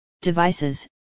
devices